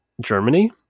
Germany